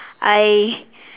I